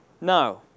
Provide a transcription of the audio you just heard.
No